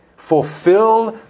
Fulfill